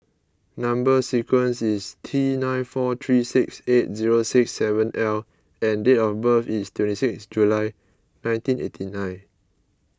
Number Sequence is T nine four three six eight zero six seven L and date of birth is twenty six July nineteen eighty nine